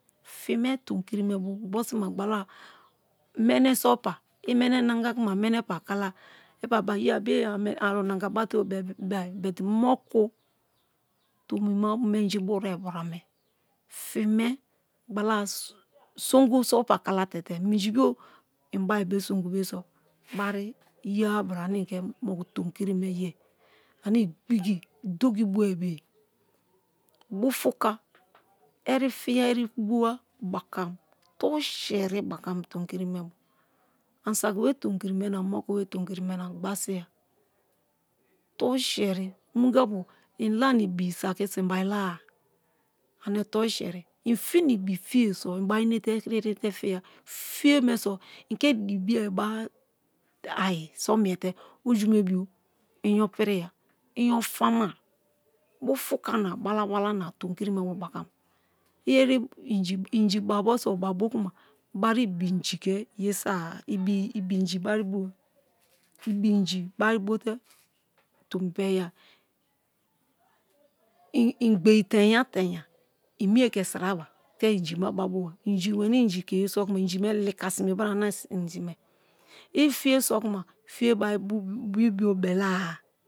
Fi me tomikiri me bo gbosi ma gbala mene so pa i pa mene nanga kuma pa ka i pa be-e bere are onanga bate-o be-e but moku tomi ma menji buroi brame fi me gbala songu so pa kala tete minji bio simari sonhu be so bari yea bra ane moku i ke tomikiri me yeai ane igbigi dokibue biye bufuka erifiya eri-buwa bakam toruseri bakam tomi kri me bio ani saki be tomikiri me na misaki tomikiri me na gba-ai ya toruseri onrongia pu i la-a na ibisaki so ibari lare ane toruseri i fina-ibi fiye so i bari inete eri-rite fiyal fiye me so i ke dikiye bo ayi so miete ojumebo bari inyo piriya inyo famai bufuka na bala-bala na tomikiri me bo bakam iyeri inji babj so o babo kuma i bari ibi inji ke ye so a ibi inji bari buwa ibi inji bari bote tomi peiya igbei teinya tein i meme ke siraba te inji me baboba inji meni inji ke yeso kuma inji me lika sime bra ane ani simai i fiye soku fiye bari bii bo bela-a.